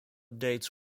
dates